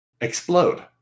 explode